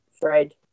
Fred